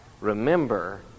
remember